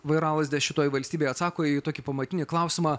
vairalazdę šitoj valstybėj atsako į tokį pamatinį klausimą